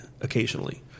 occasionally